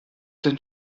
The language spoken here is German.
den